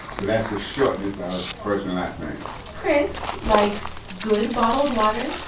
ah that's the shortness of first and last name chris likes good bottled water,